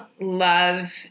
love